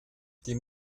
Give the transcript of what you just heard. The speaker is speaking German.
die